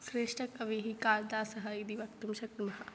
श्रेष्ठकविः कालिदासः इति वक्तुं शक्नुमः